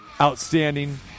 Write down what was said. Outstanding